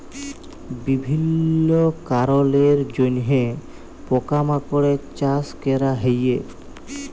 বিভিল্য কারলের জন্হে পকা মাকড়ের চাস ক্যরা হ্যয়ে